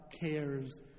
cares